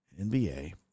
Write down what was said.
NBA